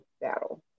battle